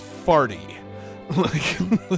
farty